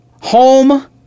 home